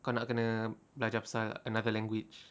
kau nak kena belajar pasal another language